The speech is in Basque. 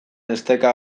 esteka